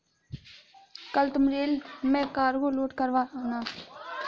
कल तुम रेल में कार्गो लोड करवा आना